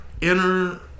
inner